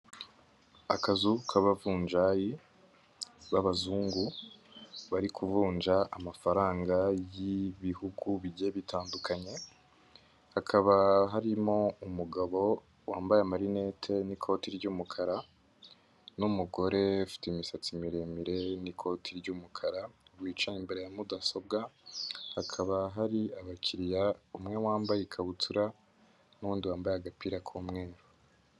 Akazu k'abavunjayi b'abazungu bari kuvunja amafaranga y'ibihugu bigiye bitandukanye hakaba harimo umugabo wambaye marinete n'ikoti ry'umukara n'umugore ufite imisatsi miremire n'ikoti ry'umukara wicaye imbere ya mudasobwa hakaba hari abakiriya umwe wambaye ikabutura n'undi wambaye agapira k'umweru.